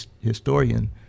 historian